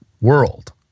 world